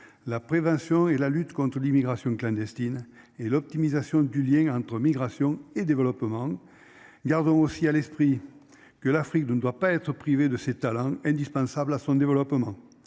la prévention et la lutte contre l'immigration clandestine et l'optimisation du lien entre migration et développement. Garderont aussi à l'esprit que l'Afrique ne ne doit pas être privée de ses talents indispensable à son développement.